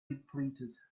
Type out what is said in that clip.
depleted